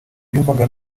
yumvaga